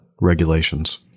Regulations